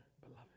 beloved